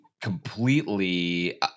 completely